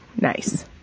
Nice